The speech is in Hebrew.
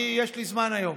אני, יש לי זמן היום.